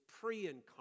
pre-incarnate